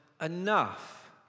enough